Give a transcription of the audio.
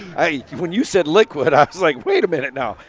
when you said liquid, i was like wait a minute now,